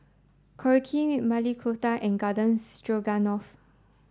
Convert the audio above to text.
Korokke Maili Kofta and Garden Stroganoff